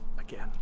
again